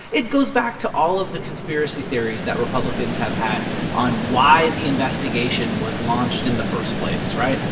it goes back to all of the conspiracy theories that republicans have had on why the investigation was launched in the first place, right?